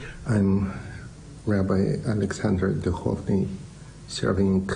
קודם כל אני רוצה להודות לכם על הסולידריות